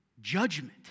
judgment